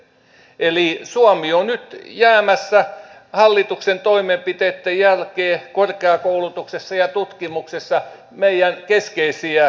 eli suomi on nyt jäämässä hallituksen toimenpiteitten jälkeen korkeakoulutuksessa ja tutkimuksessa meidän keskeisistä kilpailumaistamme jälkeen